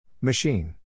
Machine